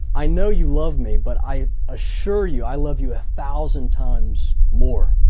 i know you love me, but i assure you i love you a thousand times more.